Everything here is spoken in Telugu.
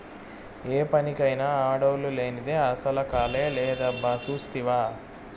ఏ పనికైనా ఆడోల్లు లేనిదే అసల కళే లేదబ్బా సూస్తివా